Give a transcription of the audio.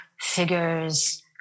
figures